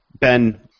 Ben